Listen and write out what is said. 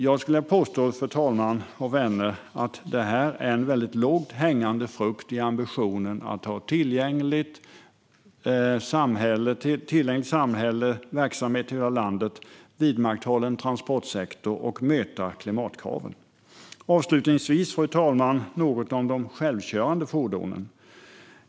Jag vill påstå, fru talman och vänner, att det här är en lågt hängande frukt i ambitionen att få ett tillgängligt samhälle med verksamhet över hela landet, en vidmakthållen transportsektor och för att möta klimatkraven. Fru talman! Låt mig säga något om de självkörande fordonen.